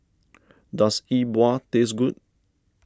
does Yi Bua taste good